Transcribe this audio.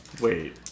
Wait